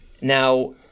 Now